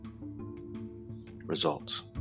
results